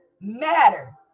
matter